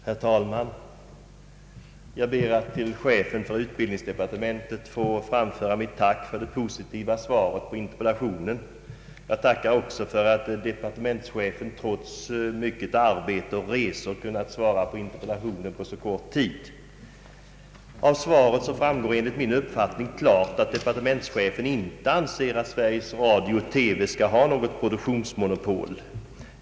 Herr talman! Jag ber att till chefen för utbildningsdepartementet få framföra mitt tack för det positiva svaret på min interpellation. Jag tackar också för att departementschefen trots mycket arbete och resor kunnat svara på interpellationen inom så kort tid. Av svaret framgår enligt min uppfattning klart att departementschefen inte anser att Sveriges Radio-TV skall ha produktionsmonopol.